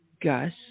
Gus